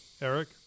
Eric